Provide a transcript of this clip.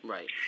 Right